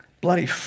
Bloody